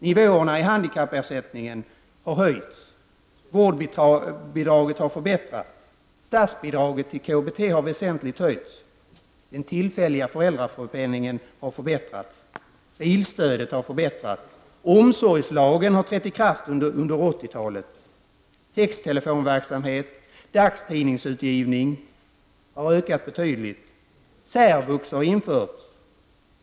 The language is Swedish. Nivåerna i handikappersättningen har höjts. Vårdbidraget har förbättrats. Statsbidraget till KBT har väsentligt höjts. Den tillfälliga föräldrapenningen har förbättrats. Bilstödet har förbättrats. Omsorgslagen har trätt i kraft under 80 talet. Texttelefonverksamhet och dagstidningsutgivning har blivit betydligt vanligare. Särvux har införts.